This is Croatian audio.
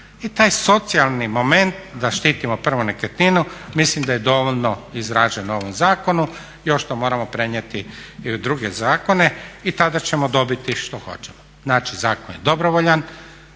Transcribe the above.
I taj socijalni moment da štitimo prvu nekretninu mislim da je dovoljno izražen u ovom zakonu, još to moramo prenijeti i u druge zakone i tada ćemo dobiti što hoćemo. Znači zakon je dobrovoljan,